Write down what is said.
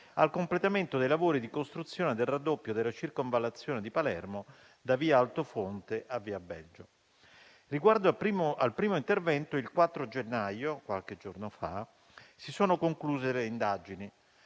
al completamento dei lavori di costruzione del raddoppio della circonvallazione di Palermo da via Altofonte a via Belgio. Riguardo al primo intervento, il 4 gennaio - qualche giorno fa - si sono concluse le indagini,